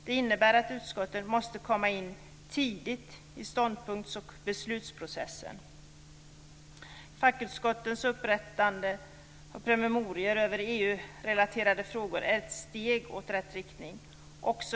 Det innebär att utskotten måste komma in tidigt i ståndpunkts och beslutsprocessen. EU-relaterade frågor är ett steg i rätt riktning.